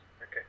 okay